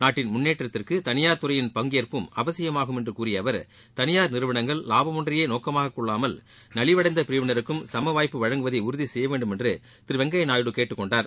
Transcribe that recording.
நாட்டின் முன்னேற்றத்துக்கு தனியார் துறையின் பங்கேற்பும் அவசியமாகும் என்று கூறிய அவர் தளியார் நிறுவனங்கள் வாபம் ஒன்றையே நோக்கமாகக் கொள்ளாமல் நலிவடந்த பிரிவினருக்கும் சம வாய்ப்பு வழங்குவதை உறுதி செய்ய வேண்டும் என்று திரு வெங்கையா நாயுடு கேட்டுக் கொண்டார்